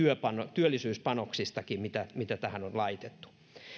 työllisyyspanoksistakin mitä mitä tähän on laitettu